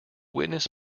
witness